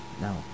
No